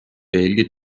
veelgi